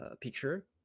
picture